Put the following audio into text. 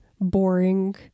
boring